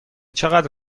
چقدر